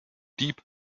deep